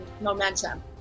momentum